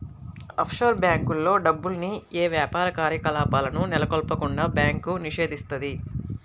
offshore బ్యేంకుల్లో డబ్బుల్ని యే యాపార కార్యకలాపాలను నెలకొల్పకుండా బ్యాంకు నిషేధిత్తది